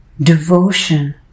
devotion